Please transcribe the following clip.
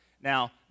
Now